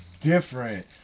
different